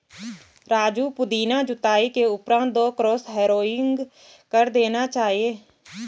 राजू पुदीना जुताई के उपरांत दो क्रॉस हैरोइंग कर देना चाहिए